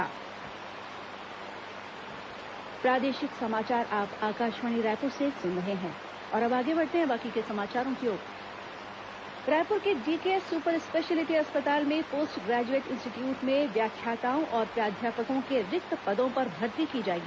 Singhdeo DKS Raipur के DKS super speciality अस्पताल में पोस्ट ग्रेजुएट इंस्टीट्यूट में व्याख्याताओं और प्राध्यापकों के रिक्त पदों पर भर्ती की जाएगी